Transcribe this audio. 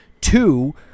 two